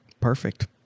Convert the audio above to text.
Perfect